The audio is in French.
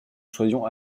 soyons